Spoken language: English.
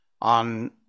on